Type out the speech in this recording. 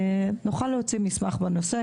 נוכל להוציא מסמך בנושא,